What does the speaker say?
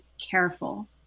careful